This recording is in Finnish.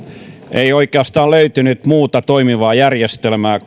ei oikeastaan löytynyt muuta toimivaa järjestelmää